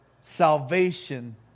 salvation